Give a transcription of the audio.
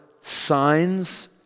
signs